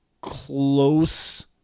close